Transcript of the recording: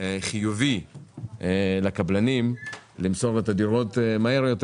חיובי לקבלנים למסור את הדירות מהר יותר.